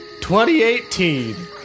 2018